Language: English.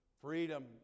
freedom